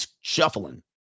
shuffling